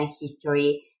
history